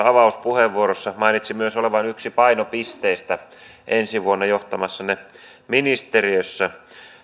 avauspuheenvuorossa myös mainitsi olevan yksi painopisteistä ensi vuonna johtamassanne ministeriössä